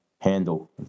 handle